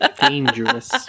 Dangerous